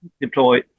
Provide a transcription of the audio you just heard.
deploy